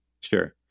Sure